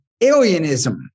alienism